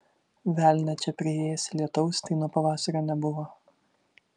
velnią čia priėsi lietaus tai nuo pavasario nebuvo